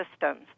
systems